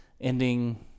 ending